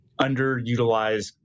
underutilized